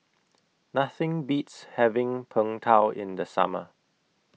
Nothing Beats having Png Tao in The Summer